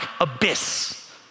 abyss